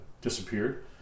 disappeared